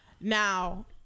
Now